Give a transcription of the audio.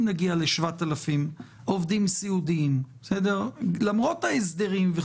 נגיע ל-7,000 עובדים סיעודיים למרות ההסדרים,